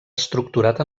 estructurat